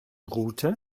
route